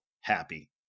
happy